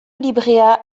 librea